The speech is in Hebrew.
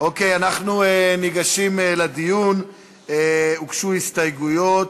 ניגשים לדיון, הוגשו הסתייגויות.